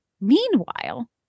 meanwhile